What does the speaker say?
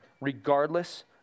regardless